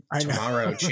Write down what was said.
tomorrow